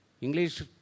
English